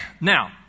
Now